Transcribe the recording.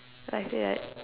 so I like